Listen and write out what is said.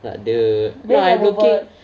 tak ada no I looking